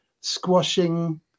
squashing